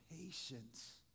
patience